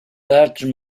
artes